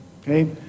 Okay